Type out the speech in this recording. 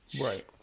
right